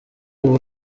ubu